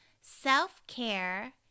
Self-care